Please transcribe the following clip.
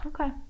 Okay